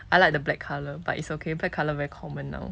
I like the black colour but it's okay black colour very common now